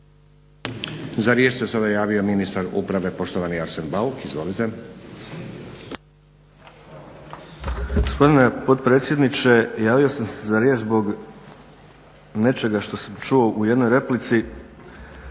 Za riječ se sada javio ministar uprave poštovani Arsen Bauk, izvolite.